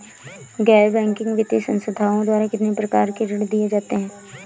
गैर बैंकिंग वित्तीय संस्थाओं द्वारा कितनी प्रकार के ऋण दिए जाते हैं?